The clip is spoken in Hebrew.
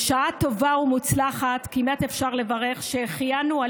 בשעה טובה ומוצלחת כמעט אפשר לברך שהחיינו על